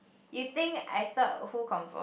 you think I thought who confirm